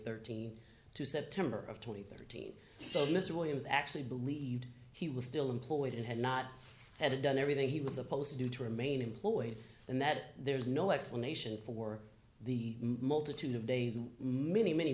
thirteen to september of two thousand and thirteen so mr williams actually believed he was still employed and had not had it done everything he was supposed to do to remain employed and that there's no explanation for the multitude of days of mini many